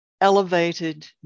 elevated